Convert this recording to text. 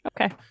okay